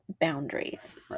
boundaries